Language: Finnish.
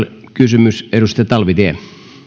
kysymys edustaja talvitie